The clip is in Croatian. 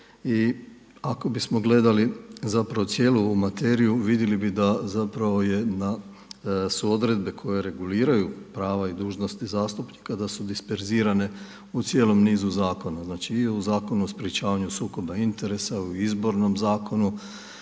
I ako bismo gledali zapravo cijelu ovu materiju vidjeli bi da zapravo su odredbe koje reguliraju prava i dužnosti zastupnika da su disperzirane u cijelom nizu zakona. Znači i u Zakonu o sprječavanju sukoba interesa i u Izbornom zakonu